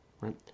right